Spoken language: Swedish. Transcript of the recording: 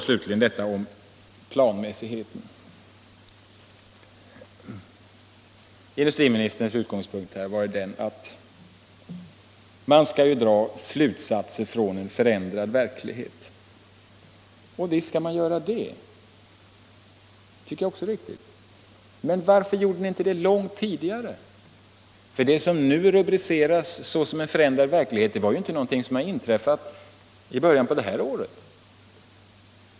Slutligen har vi planmässigheten. Industriministerns utgångspunkt har ju varit den att man skall dra slutsatser från en förändrad verklighet. Och visst kan man göra det. Det tycker jag också är riktigt. Men varför gjorde ni inte det långt tidigare? Det som nu rubriceras såsom en förändrad verklighet är ju inte något som har inträffat i början på detta år.